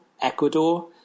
Ecuador